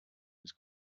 his